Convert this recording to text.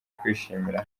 kwishimira